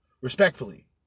Respectfully